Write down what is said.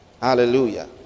hallelujah